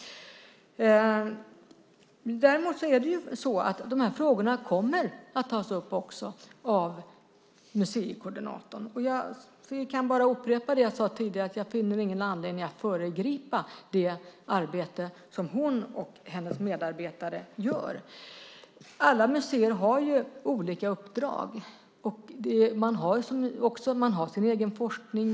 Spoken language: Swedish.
De här frågorna kommer att tas upp av museikoordinatorn. Jag kan bara upprepa vad jag sade tidigare. Jag finner ingen anledning att föregripa det arbete som hon och hennes medarbetare gör. Alla museer har olika uppdrag. Man har sin egen forskning.